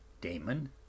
Damon